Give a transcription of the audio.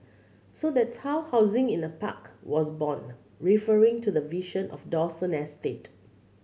so that's how housing in a park was born referring to the vision for Dawson estate